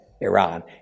Iran